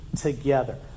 together